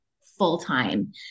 full-time